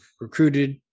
recruited